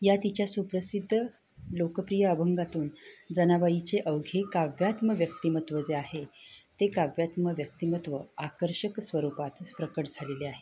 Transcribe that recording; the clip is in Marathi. या तिच्या सुप्रसिद्ध लोकप्रिय अभंगातून जनाबाईचे अवघे काव्यात्म व्यक्तिमत्व जे आहे ते काव्यात्म व्यक्तिमत्व आकर्षक स्वरूपात प्रकट झालेले आहे